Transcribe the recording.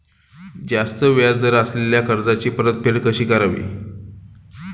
जास्त व्याज दर असलेल्या कर्जाची परतफेड कशी करावी?